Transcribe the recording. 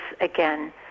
again